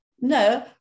no